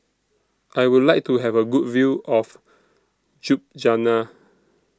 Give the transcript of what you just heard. I Would like to Have A Good View of Ljubljana